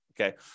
Okay